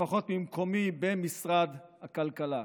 לפחות ממקומי במשרד הכלכלה.